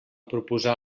proposar